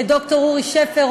לד"ר אורי שפר,